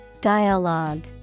Dialogue